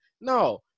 No